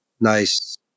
nice